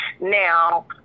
Now